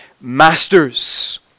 masters